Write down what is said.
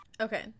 Okay